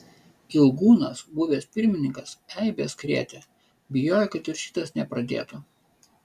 ilgūnas buvęs pirmininkas eibes krėtė bijojo kad ir šitas nepradėtų